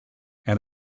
and